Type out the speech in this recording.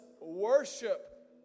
worship